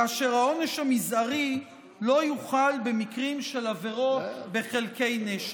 כאשר העונש המזערי לא יוחל במקרים של עבירות בחלקי נשק.